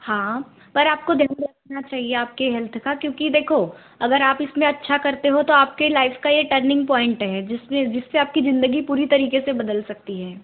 हाँ पर आपको ध्यान रखना चाहिए आपके हेल्थ का क्योंकि देखो अगर आप इसमें अच्छा करते हो तो आपके लाइफ़ का ये टर्निंग प्वॉइंट है जिसमें जिससे आपकी ज़िंदगी पूरी तरीके से बदल सकती है